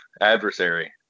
Adversary